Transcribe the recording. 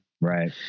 right